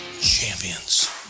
Champions